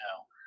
no